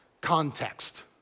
context